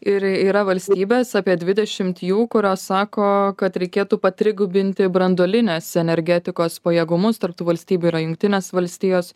ir yra valstybės apie dvidešimt jų kurios sako kad reikėtų patrigubinti branduolinės energetikos pajėgumus tarp tų valstybių yra jungtinės valstijos